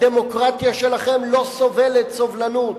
הדמוקרטיה שלכם לא סובלת סובלנות.